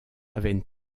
aven